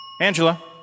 Angela